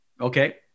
Okay